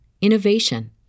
innovation